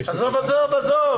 עזוב, עזוב.